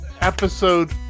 episode